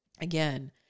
again